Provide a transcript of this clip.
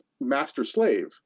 master-slave